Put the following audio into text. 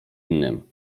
innym